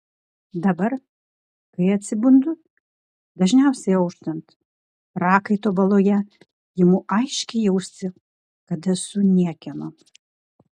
dabar kai atsibundu dažniausiai auštant prakaito baloje imu aiškiai jausti kad esu niekieno